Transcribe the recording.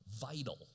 vital